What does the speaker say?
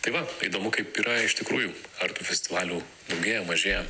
tai va įdomu kaip yra iš tikrųjų ar tų festivalių daugėja mažėja